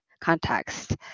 context